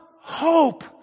hope